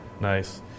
nice